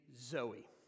Zoe